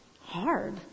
hard